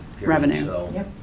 revenue